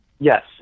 Yes